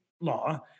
law